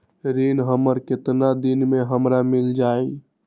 ऋण हमर केतना दिन मे हमरा मील जाई?